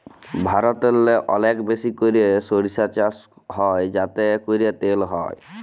ভারতেল্লে অলেক বেশি ক্যইরে সইরসা চাষ হ্যয় যাতে ক্যইরে তেল হ্যয়